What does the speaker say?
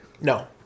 No